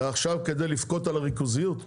עכשיו, כדי לבכות על הריכוזיות.